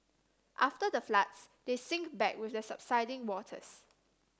after the floods they sink back with the subsiding waters